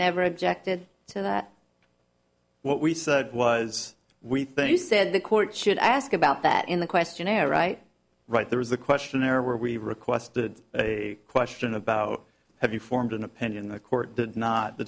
never objected to that what we said was we think you said the court should ask about that in the questionnaire right right there was the questionnaire we requested a question about have you formed an opinion the court did not the